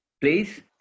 Please